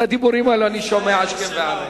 את הדיבורים האלה אני שומע השכם והערב.